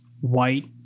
white